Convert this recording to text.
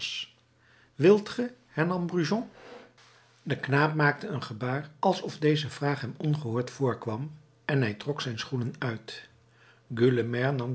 wilt ge hernam brujon de knaap maakte een gebaar alsof deze vraag hem ongehoord voorkwam en hij trok zijn schoenen uit